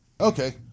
Okay